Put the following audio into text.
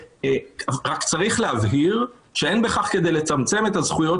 צריך להבהיר שאין בכך כדי לצמצם את הזכויות